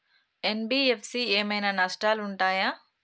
NBFC ఏమైనా నష్టాలు ఉంటయా?